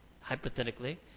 hypothetically